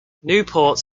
newport